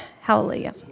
Hallelujah